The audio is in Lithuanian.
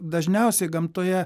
dažniausiai gamtoje